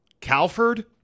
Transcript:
Calford